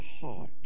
heart